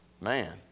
man